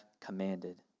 commanded